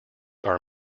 are